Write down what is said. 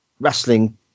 wrestling